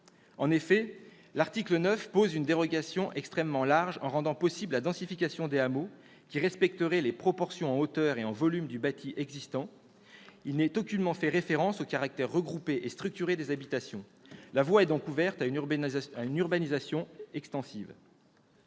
En effet, l'article 9 pose une dérogation extrêmement large en rendant possible une densification des hameaux qui respecterait « les proportions en hauteur et en volume du bâti existant ». Il n'est aucunement fait référence au caractère regroupé et structuré des habitations. La voie est donc ouverte à une urbanisation extensive.